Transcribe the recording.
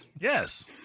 Yes